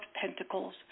pentacles